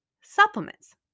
supplements